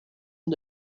and